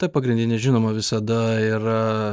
ta pagrindinė žinoma visada yra